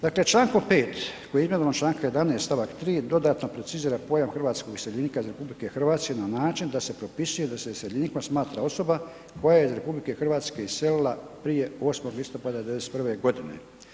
Dakle, Člankom 5. koji je izmjenama Članka 11. stavak 3. dodatno precizira pojam hrvatskog iseljenika iz RH na način da se propisuje da se iseljenikom smatra osoba koja je iz RH iselila prije 8. listopada 1991. godine.